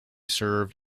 served